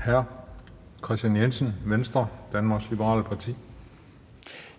Hr. Kristian Jensen, Venstre, Danmarks Liberale Parti. Kl. 10:37 Kristian Jensen (V):